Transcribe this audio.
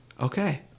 okay